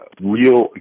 real